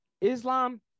Islam